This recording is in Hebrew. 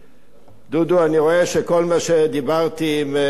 אני רואה שכל מה שדיברתי עם שר החוץ,